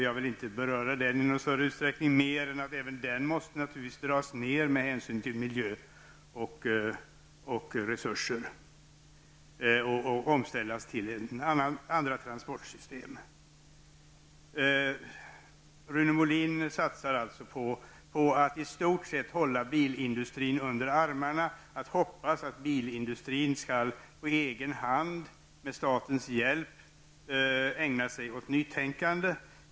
Jag skall inte kommentera den mer än att säga att den naturligtvis måste dras ned med hänsyn till miljö och resurser. Det måste ske en omställning till andra transportsystem. Rune Molin satsar i stor utsträckning på att hålla bilindustrin under armarna, och han hoppas att den, med viss statlig hjälp, skall ägna sig åt nytänkande.